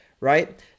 Right